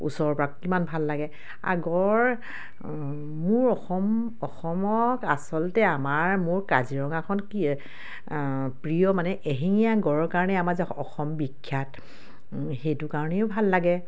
ওচৰৰপৰা কিমান ভাল লাগে আৰু গঁড় মোৰ অসম অসমক আচলতে আমাৰ মোৰ কাজিৰঙাখন কি প্ৰিয় মানে এশিঙীয়া গঁড়ৰ কাৰণে আমাৰ যে অসম বিখ্যাত সেইটো কাৰণেও ভাল লাগে